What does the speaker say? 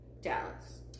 Dallas